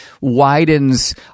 widens